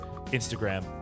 Instagram